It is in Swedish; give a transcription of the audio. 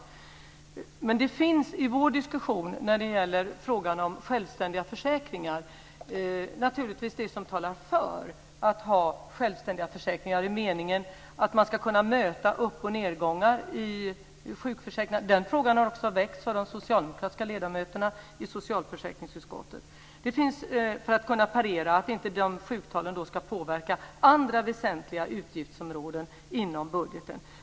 Men det finns i vår diskussion om självständiga försäkringar naturligtvis det som talar för att ha självständiga försäkringar i den meningen att man ska kunna möta upp och nedgångar i sjukförsäkringen - den frågan har väckts också av de socialdemokratiska ledamöterna i socialförsäkringsutskottet - för att kunna parera det så att inte sjuktalen ska påverka andra väsentliga utgiftsområden inom budgeten.